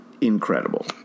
incredible